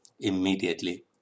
immediately